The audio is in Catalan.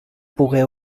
pogué